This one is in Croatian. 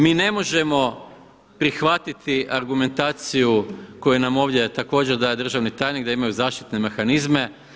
Mi ne možemo prihvatiti argumentaciju koju nam ovdje također daje državni tajnik, da imaju zaštitne mehanizme.